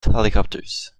helicopters